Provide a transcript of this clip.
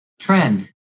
trend